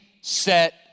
set